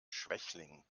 schwächling